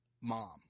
mom